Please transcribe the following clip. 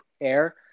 Air